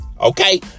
okay